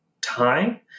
time